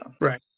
Right